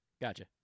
Gotcha